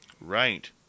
Right